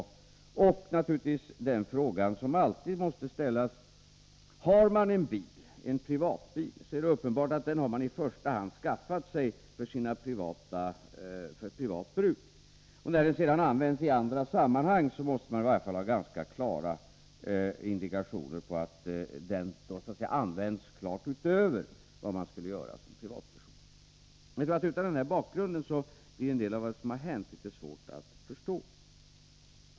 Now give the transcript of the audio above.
Vidare inverkade den fråga som man alltid måste ta med: Har man en privatbil är det uppenbart att man i första hand skaffat sig den för privat bruk. När den sedan används i andra sammanhang måste det finnas klara indikationer på att den används utöver det privata bruket. Utan denna bakgrund blir en del av vad som hänt litet svårt att förstå.